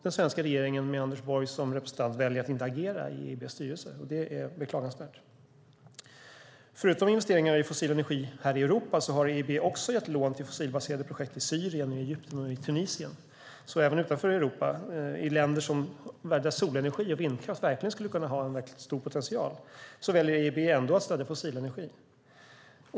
Den svenska regeringen, med Anders Borg som representant, väljer att inte agera i EIB:s styrelse, och det är beklagansvärt. Förutom investeringar i fossil energi här i Europa har EIB också gett lån till fossilbaserade projekt i Syrien, Egypten och Tunisien. Även utanför Europa, i länder där solenergi och vindkraft skulle kunna ha verkligt stor potential, väljer EIB alltså att stödja fossilenergi.